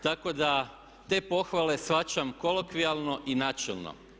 Tako da te pohvale shvaćam kolokvijalno i načelno.